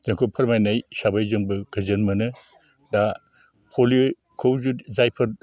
जोंखौ फोरमायनाय हिसाबै जोंबो गोजोन मोनो दा पलिअखौ जायफोर